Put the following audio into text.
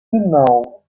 know